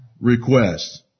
requests